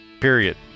period